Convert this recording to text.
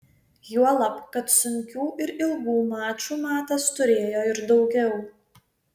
juolab kad sunkių ir ilgų mačų matas turėjo ir daugiau